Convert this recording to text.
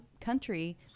country